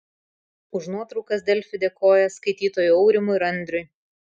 už nuotraukas delfi dėkoja skaitytojui aurimui ir andriui